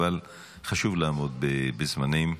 אבל חשוב לעמוד בזמנים.